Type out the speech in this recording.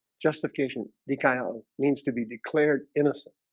justification decal means to be declared innocent